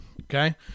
Okay